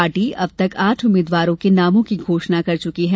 party अब तक आठ उम्मीदवारों के नामों की घोषणा कर चुकी है